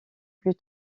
plus